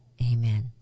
amen